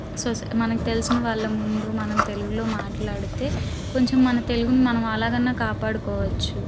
so మనకి తెలిసిన వాళ్ళ ముందు తెలుగులో మాట్లాడితే కొంచం మన తెలుగుని మనం అలాగన్నా కాపాడుకోవచ్చు